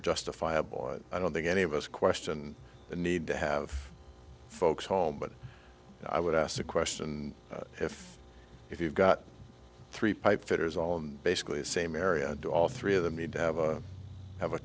justifiable and i don't think any of us question the need to have folks home but i would ask the question if if you've got three pipe fitters on basically same area do all three of them need to have a have a